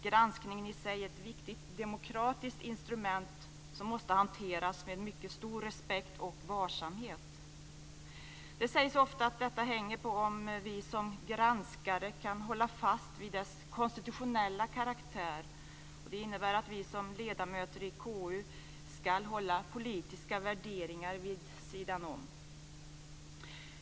Granskningen i sig är ett viktigt demokratiskt instrument som måste hanteras med mycket stor respekt och varsamhet. Det sägs ofta att detta hänger på om vi som granskare kan hålla fast vid granskningens konstitutionella karaktär. Det innebär att vi som ledamöter i KU ska hålla politiska värderingar vid sidan om.